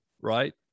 right